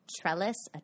trellis